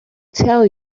tell